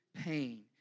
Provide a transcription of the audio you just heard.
pain